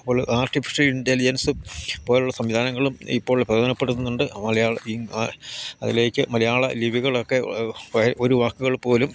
പോലെ ആർട്ടിഫിഷ്യൽ ഇൻ്റലിജൻസും പോലുള്ള സംവിധാനങ്ങളും ഇപ്പോൾ പ്രയോജനപ്പെടുത്തുന്നുണ്ട് മലയാള അതിലേക്ക് മലയാള ലിപികളൊക്കെ ഒരു വാക്കുകൾ പോലും